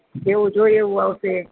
જેવુ જોઈએ એવું આવશે